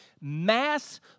mass